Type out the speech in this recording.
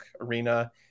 Arena